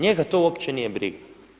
Njega to uopće nije briga.